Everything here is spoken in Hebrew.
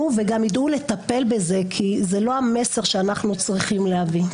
וגם ידעו לטפל בזה כי זה לא המסר שאנחנו צריכים להביא.